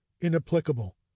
inapplicable